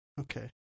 Okay